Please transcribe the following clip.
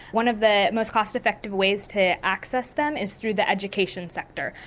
one of the most cost-effective ways to access them is through the education sector.